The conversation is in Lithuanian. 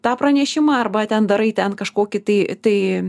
tą pranešimą arba ten darai ten kažkokį tai tai